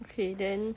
okay then